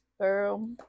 girl